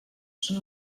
són